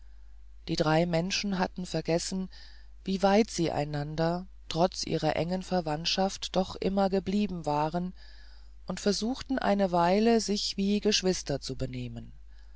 die drei menschen hatten vergessen wie weit sie einander trotz ihrer engen verwandtschaft doch immer geblieben waren und versuchten eine weile sich wie geschwister zu benehmen